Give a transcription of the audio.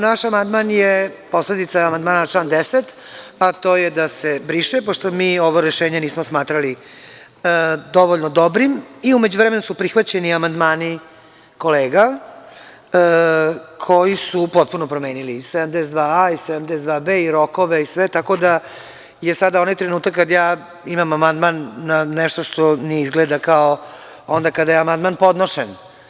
Naš amandman je posledica amandmana na član 10, a to je da se briše pošto mi ovo rešenje nismo smatrali dovoljno dobrim i u međuvremenu su prihvaćeni amandmani kolega koji su potpuno promenili, 72.a i 72.b i rokove i sve, tako da je sada onaj trenutak kada ja imam amandman na nešto što ne izgleda kao onda kada je amandman podnošen.